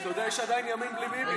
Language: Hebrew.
אתה, יש עדיין ימין בלי ביבי.